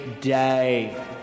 Day